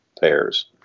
pairs